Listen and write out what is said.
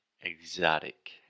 exotic